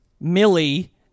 Millie